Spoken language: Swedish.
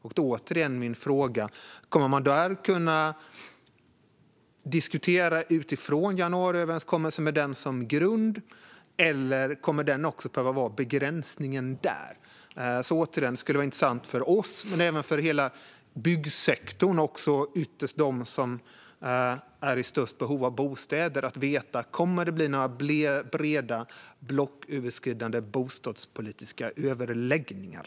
Min fråga är återigen om man där kommer att kunna diskutera utifrån januariöverenskommelsen, alltså med den som grund, eller om den kommer att behöva vara begränsningen även där. Det vore alltså intressant, inte bara för oss utan även för hela byggsektorn och ytterst för dem som är i störst behov av bostäder, att veta om det kommer att bli några breda, blocköverskridande bostadspolitiska överläggningar.